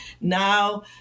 Now